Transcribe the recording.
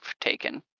taken